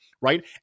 right